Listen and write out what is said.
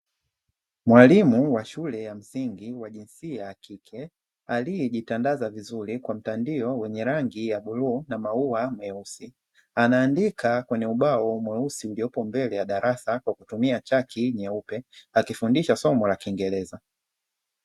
Mwalimu wa shule ya msingi wa jinsia ya kike aliejitandaza vizuri kwa mtandio wenye rangi ya buluu na maua meusi, anaandika kwenye ubao mweusi uliopo mbele ya darasa kwa kutumia chaki nyeupe, akifundisha somo la kiingereza.